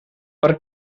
per